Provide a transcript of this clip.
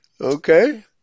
Okay